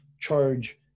charge